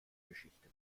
geschichte